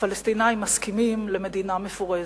הפלסטינים מסכימים למדינה מפורזת.